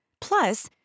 Plus